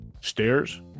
Stairs